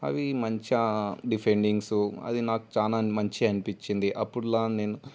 అవి మంచిగా డిఫెండింగ్స్ అది నాకు చాలా మంచిగా అనిపించింది అప్పట్లో నేను